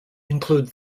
included